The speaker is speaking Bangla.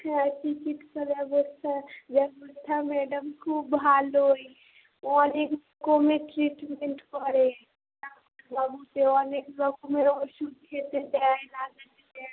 হ্যাঁ চিকিৎসা ব্যবস্থা ব্যবস্থা ম্যাডাম খুব ভালোই অনেক কমে ট্রিটমেন্ট করে অনেক রকমের ওষুধ খেতে দেয় লাগাতে দেয়